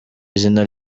izina